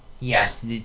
yes